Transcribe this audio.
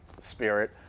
Spirit